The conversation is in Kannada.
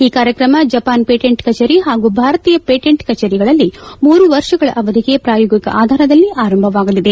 ಈ ಕಾರ್ಯಕ್ರಮ ಜಪಾನ್ ಪೇಟೆಂಟ್ ಕಚೇರಿ ಹಾಗೂ ಭಾರತೀಯ ಪೇಟೆಂಟ್ ಕಚೇರಿಗಳಲ್ಲಿ ಮೂರು ವರ್ಷಗಳ ಅವಧಿಗೆ ಪ್ರಾಯೋಗಿಕ ಆಧಾರದಲ್ಲಿ ಆರಂಭವಾಗಲಿದೆ